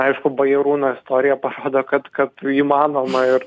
aišku bajarūno istorija parodo kad kad įmanoma ir